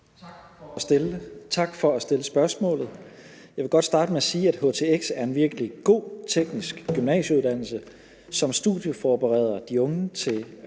Tak for at stille spørgsmålet. Jeg vil godt starte med at sige, at htx er en virkelig god teknisk gymnasieuddannelse, som studieforbereder de unge til at kunne